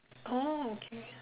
oh okay